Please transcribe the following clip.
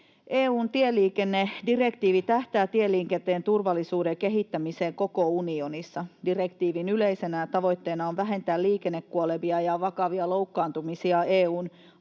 EU:n tieliikennedirektiivi tähtää tieliikenteen turvallisuuden kehittämiseen koko unionissa. Direktiivin yleisenä tavoitteena on vähentää liikennekuolemia ja vakavia loukkaantumisia EU:n alueella